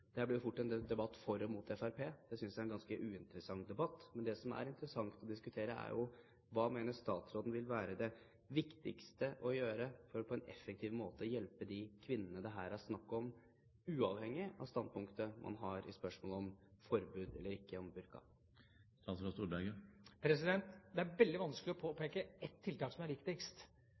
fort en debatt for og mot Fremskrittspartiet. Det synes jeg er en ganske uinteressant debatt, men det som er interessant å diskutere, er jo: Hva mener statsråden vil være det viktigste å gjøre for på en effektiv måte å hjelpe de kvinnene det her er snakk om, uavhengig av standpunktet man har i spørsmålet om forbud eller ikke mot burka? Det er veldig vanskelig å peke på ett tiltak som er viktigst,